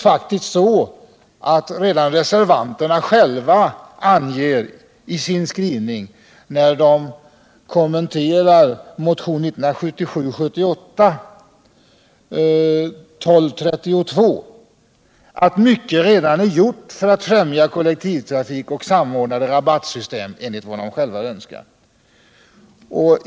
Men redan reservanterna själva anger faktiskt i sin skrivning, när de kommenterar motionen 1977/78:1232, att mycket redan är gjort för att främja kollektivtrafiken och ett samordnat rabattsystem enligt vad de själva önskar.